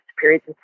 periods